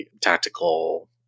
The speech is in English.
tactical